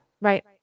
Right